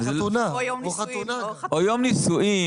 או יום נישואין.